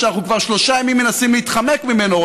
שאנחנו כבר שלושה ימים מנסים להתחמק ממנו,